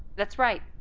that's right!